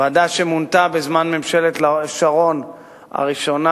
ועדה שמונתה בזמן ממשלת שרון הראשונה